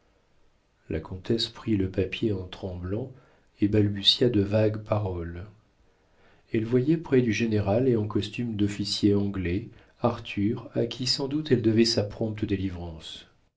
la comtesse prit le papier en tremblant et balbutia de vagues paroles elle voyait près du général et en costume d'officier anglais arthur à qui sans doute elle devait sa prompte délivrance